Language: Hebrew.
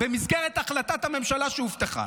במסגרת החלטת הממשלה שהובטחה.